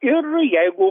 ir jeigu